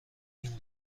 این